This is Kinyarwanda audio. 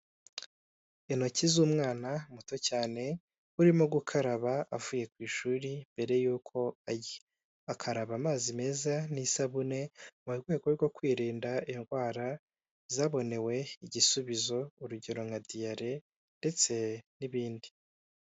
Intoki z'umwana muto cyane, urimo gukaraba avuye ku ishuri, mbere y'uko arya. Akaraba amazi meza n'isabune, mu rwego rwo kwirinda indwara zabonewe igisubizo, urugero nka diyare ndetse n'ibindi.